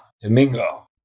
Domingo